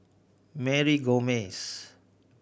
Mary Gomes